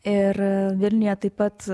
ir vilniuje taip pat